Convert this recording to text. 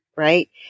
right